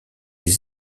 ils